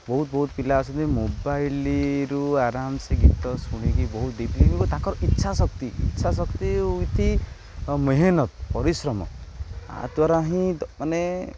ବହୁତ ବହୁତ ପିଲା ଆସନ୍ତି ମୋବାଇଲରୁ ଆରାମସେ ଗୀତ ଶୁଣିକି ବହୁତ ବିଭିନ୍ନ ତାଙ୍କର ଇଚ୍ଛା ଶକ୍ତି ଇଚ୍ଛା ଶକ୍ତି ୱିଥ୍ ମେହନତ ପରିଶ୍ରମ ଆ ଦ୍ୱାରା ହିଁ ମାନେ